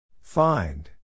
find